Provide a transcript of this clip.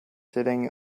sitting